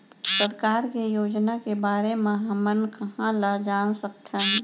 सरकार के योजना के बारे म हमन कहाँ ल जान सकथन?